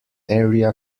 area